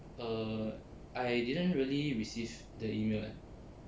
err I didn't really receive the email eh